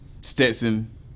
Stetson